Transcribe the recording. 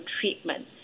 treatment